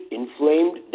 inflamed